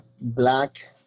black